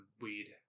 weed